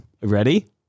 Ready